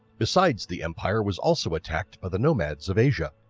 besides the empire was also attacked by the nomads of asia.